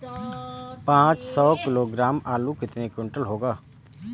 पाँच सौ किलोग्राम आलू कितने क्विंटल होगा?